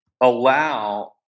allow